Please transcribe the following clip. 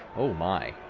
oh my.